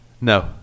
No